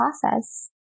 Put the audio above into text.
process